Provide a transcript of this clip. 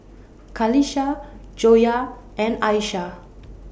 Qalisha Joyah and Aishah